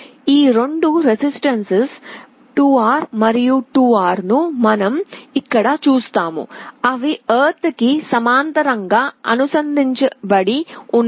ఈ రెండు రెసిస్టెన్సులు 2R మరియు 2R ను మనం ఇక్కడ చూస్తాము అవి ఎర్త్ కి సమాంతరంగా అనుసంధానించబడి ఉన్నాయి